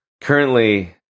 currently